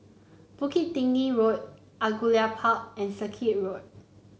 Bukit Tinggi Road Angullia Park and Circuit Road